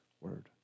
word